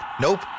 Nope